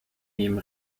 nehmen